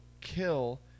kill